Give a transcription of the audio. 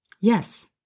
Yes